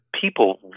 people